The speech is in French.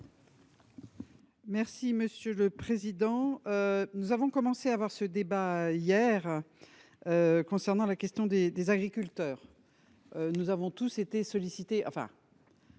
Merci monsieur le président. Nous avons commencé à avoir ce débat hier. Concernant la question des des agriculteurs. Nous avons tous été sollicité